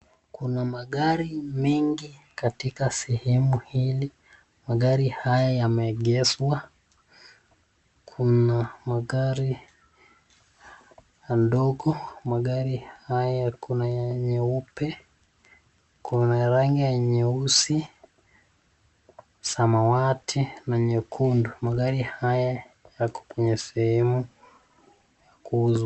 Kuna magari mengi katika sehemu hili, magari haya yameegeshwa, kuna magari madogo. Magari haya kuna ya nyeupe, kuna rangi ya nyeusi, samawati na nyekundu. Magari haya yako kwenye sehemu ya kuuzwa.